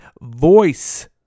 voice